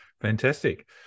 Fantastic